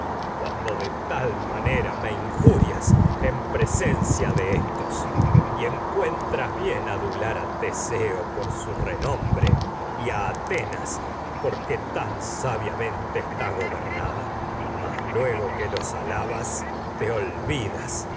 cuando de tal manera injurias a en presencia de éstos y encuentras su bien adular teseo por renombre y a atenas por que tan sabiamente está gobernada mas luego que los alabas te con olvidas